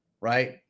right